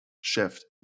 shift